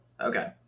okay